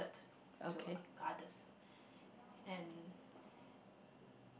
to others and